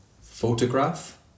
Photograph